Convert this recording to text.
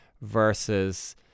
versus